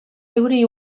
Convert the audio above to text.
euri